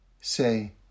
say